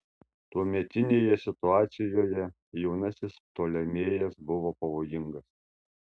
tuometinėje situacijoje jaunasis ptolemėjas buvo pavojingas